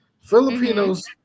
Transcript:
Filipinos